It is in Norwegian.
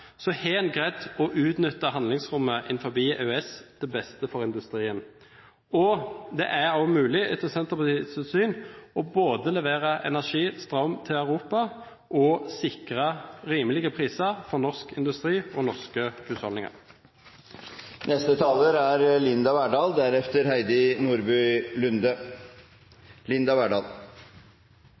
har en greid å utnytte handlingsrommet innenfor EØS til beste for industrien. Det er også mulig, etter Senterpartiets syn, både å levere energi, strøm, til Europa og å sikre rimelige priser for norsk industri og norske husholdninger. Det gleder meg at den nye regjeringen i sin plattform er